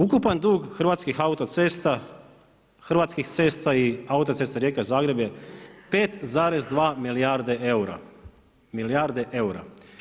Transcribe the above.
Ukupan dug hrvatskih autocesta, hrvatskih cesta i autoceste Rijeka-Zagreb je 5,2 milijarde eura, milijarde eura.